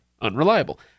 unreliable